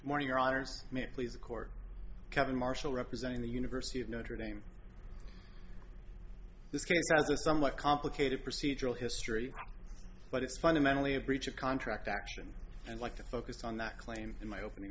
morning your honors may please the court kevin marshall representing the university of notre dame this case has a somewhat complicated procedural history but it's fundamentally a breach of contract action and like to focus on that claim in my opening